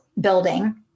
building